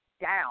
down